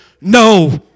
no